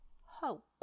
Hope